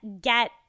get